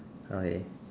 okay